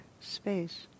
space